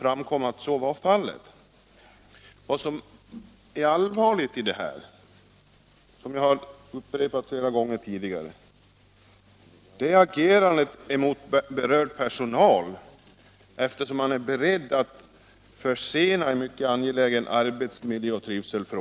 Det allvarliga i denna fråga — något som jag har framhållit flera gånger tidigare — är agerandet mot berörd personal, eftersom man är beredd att försena en mycket angelägen arbetsmiljöoch trivselåtgärd.